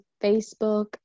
facebook